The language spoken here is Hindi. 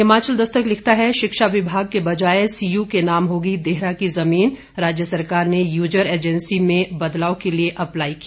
हिमाचल दस्तक लिखता है शिक्षा विभाग के बजाय सीयू के नाम होगी देहरा की जमीन राज्य सरकार ने यूजर एजेंसी में बदलाव के लिए अपलाई किया